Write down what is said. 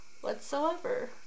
Whatsoever